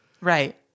Right